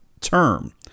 term